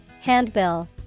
Handbill